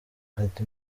ati